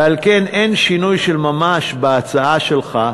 ועל כן אין שינוי של ממש בהצעה שלך,